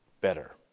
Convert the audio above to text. better